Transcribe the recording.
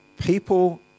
People